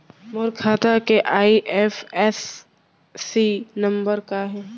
मोर खाता के IFSC number का हे?